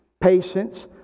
patience